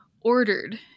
ordered